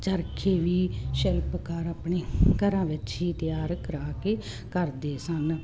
ਚਰਖੇ ਵੀ ਸ਼ਿਲਪਕਾਰ ਆਪਣੇ ਘਰਾਂ ਵਿੱਚ ਹੀ ਤਿਆਰ ਕਰਾ ਕੇ ਕਰਦੇ ਸਨ